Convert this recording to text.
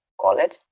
college